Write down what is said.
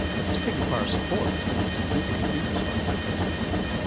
it particularly requires support. this is a significant infrastructure investment, isn't it?